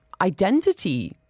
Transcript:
identity